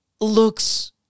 looks